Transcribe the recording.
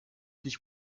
dich